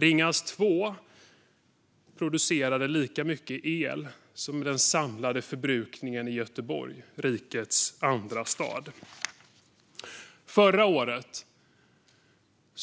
Ringhals 2 producerade lika mycket el som den samlade förbrukningen i Göteborg, rikets andra stad. Förra året